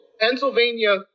Pennsylvania